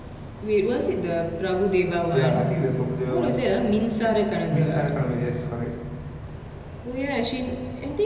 oh ya she I think she really doesn't age ah if you realised from from then to now ah she still looks really good I think she has maintained herself very well